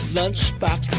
lunchbox